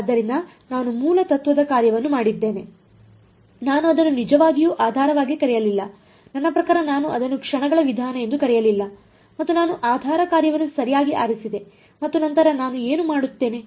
ಆದ್ದರಿಂದ ನಾನು ಮೂಲತತ್ವದ ಕಾರ್ಯವನ್ನು ಮಾಡಿದ್ದೇನೆ ನಾನು ಅದನ್ನು ನಿಜವಾಗಿಯೂ ಆಧಾರವಾಗಿ ಕರೆಯಲಿಲ್ಲ ನನ್ನ ಪ್ರಕಾರ ನಾನು ಅದನ್ನು ಕ್ಷಣಗಳ ವಿಧಾನ ಎಂದು ಕರೆಯಲಿಲ್ಲ ಮತ್ತು ನಾನು ಆಧಾರ ಕಾರ್ಯವನ್ನು ಸರಿಯಾಗಿ ಆರಿಸಿದೆ ಮತ್ತು ನಂತರ ನಾನು ಏನು ಮಾಡುತ್ತೇನೆ